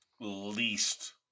least